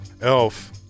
elf